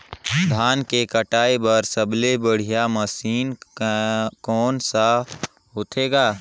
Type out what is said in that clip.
धान के कटाई बर सबले बढ़िया मशीन कोन सा होथे ग?